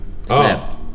Snap